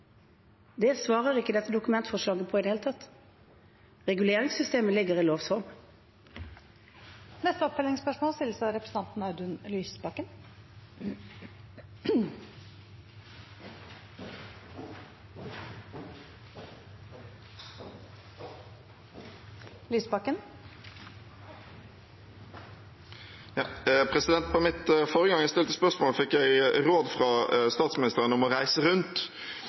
Det svarer ikke dette dokumentforslaget på i det hele tatt. Reguleringssystemet ligger i lovs form. Audun Lysbakken – til oppfølgingsspørsmål. Forrige gang jeg stilte spørsmål, fikk jeg råd fra statsministeren om å reise rundt.